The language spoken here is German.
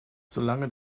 solange